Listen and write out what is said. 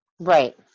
right